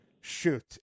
shoot